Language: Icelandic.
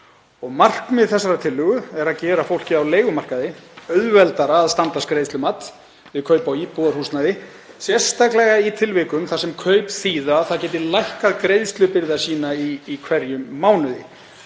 Markmið þessarar tillögu er að gera fólki á leigumarkaði auðveldara að standast greiðslumat við kaup á íbúðarhúsnæði, sérstaklega í tilvikum þar sem kaup þýða að það geti lækkað greiðslubyrði sína í hverjum mánuði.